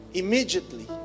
immediately